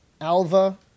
Alva